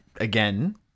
again